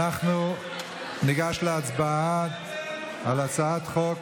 אנחנו ניגש להצבעה על הצעת החוק